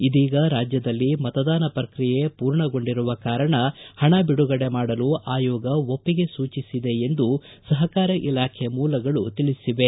ಇದೀಗ ರಾಜ್ಯದಲ್ಲಿ ಮತದಾನ ಪ್ರಕ್ರಿಯೆ ಮೂರ್ಣಗೊಂಡಿರುವ ಕಾರಣ ಪಣ ಬಿಡುಗಡೆ ಮಾಡಲು ಆಯೋಗ ಒಪ್ಪಿಗೆ ಸೂಚಿಸಿದೆ ಎಂದು ಸಪಕಾರ ಇಲಾಖೆ ಮೂಲಗಳು ತಿಳಿಸಿವೆ